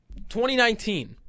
2019